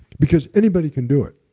because anybody can do it.